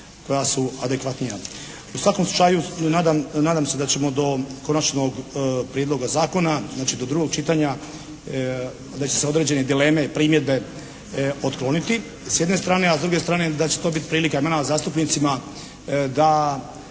koja su adekvatnija. U svakom slučaju nadam se da ćemo do konačnog prijedloga zakona znači do drugog čitanja da će se određene dileme, primjedbe otkloniti s jedne strane. A s druge strane da će to biti prilika nama zastupnicima da